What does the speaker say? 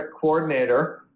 coordinator